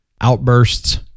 outbursts